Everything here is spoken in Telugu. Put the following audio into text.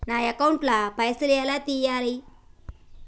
నా అకౌంట్ ల పైసల్ ఎలా తీయాలి?